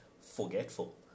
forgetful